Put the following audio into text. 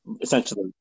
essentially